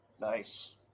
Nice